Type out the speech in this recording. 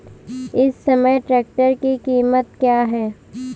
इस समय ट्रैक्टर की कीमत क्या है?